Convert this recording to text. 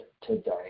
today